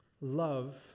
Love